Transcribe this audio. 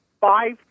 five